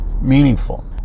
meaningful